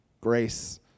Grace